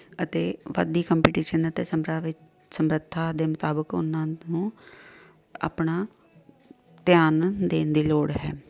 ਅਤੇ ਵੱਧਦੀ ਕੰਪੀਟੀਸ਼ਨ ਅਤੇ ਸਮਰਾ ਵਿੱਚ ਸਮਰੱਥਾ ਦੇ ਮੁਤਾਬਿਕ ਉਹਨਾਂ ਨੂੰ ਆਪਣਾ ਧਿਆਨ ਦੇਣ ਦੀ ਲੋੜ ਹੈ